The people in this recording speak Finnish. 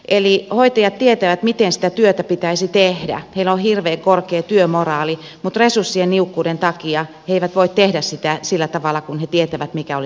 eli hoitajat tietävät miten sitä työtä pitäisi tehdä heillä on hirveän korkea työmoraali mutta resurssien niukkuuden takia he eivät voi tehdä sitä sillä tavalla kuin he tietävät mikä olisi oikein